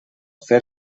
fer